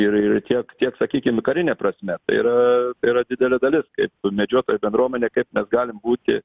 ir ir tiek tiek sakykim karine prasme tai yra tai yra didelė dalis kaip medžiotojų bendruomenė kaip mes galim būti